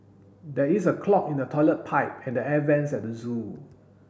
there is a clog in the toilet pipe and the air vents at the zoo